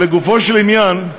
אבל לגופו של עניין,